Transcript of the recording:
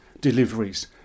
deliveries